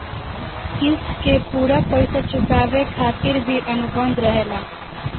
क़िस्त के पूरा पइसा चुकावे खातिर भी अनुबंध रहेला